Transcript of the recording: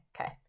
Okay